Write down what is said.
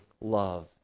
love